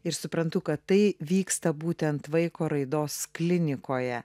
ir suprantu kad tai vyksta būtent vaiko raidos klinikoje